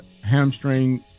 hamstring